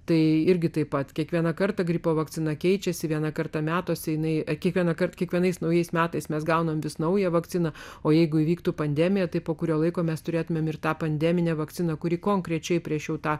tai irgi taip pat kiekvieną kartą gripo vakcina keičiasi vieną kartą metuose jinai kiekvienąkart kiekvienais naujais metais mes gauname vis naują vakciną o jeigu įvyktų pandemija tai po kurio laiko mes turėtumėm ir tą pandeminę vakciną kuri konkrečiai prieš tą